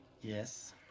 Yes